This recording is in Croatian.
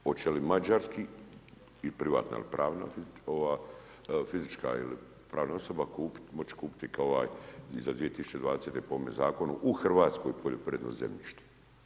A hoće li mađarski i privatna ili pravna, ova, fizička ili pravna osoba, moći kupiti kao ovaj i za 2020. po ovome zakonu u Hrvatskoj poljoprivredno zemljište.